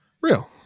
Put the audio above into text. Real